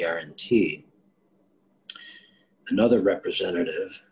guaranteeing another representative